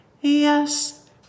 yes